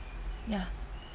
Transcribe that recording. ya